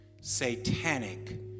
satanic